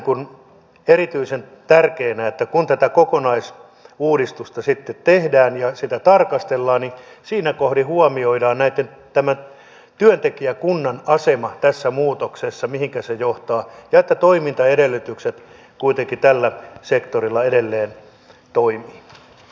näen erityisen tärkeänä että kun tätä kokonaisuudistusta sitten tehdään ja sitä tarkastellaan niin siinä kohdin huomioidaan tämän työntekijäkunnan asema tässä muutoksessa mihinkä se johtaa ja se että toimintaedellytykset kuitenkin tällä sektorilla edelleen toimivat